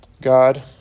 God